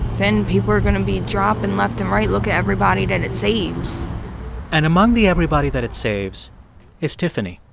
then people are going to be dropping left and right. look at everybody that it saves and among the everybody that it saves is tiffany.